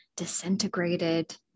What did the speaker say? disintegrated